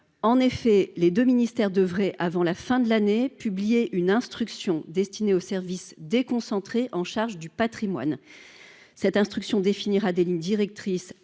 en effet les 2 ministères devraient avant la fin de l'année, publié une instruction destinée aux services déconcentrés en charge du Patrimoine cette instruction définira des lignes directrices